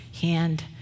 hand